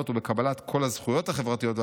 ולקבלת כל הזכויות החברתיות הפוליטיות.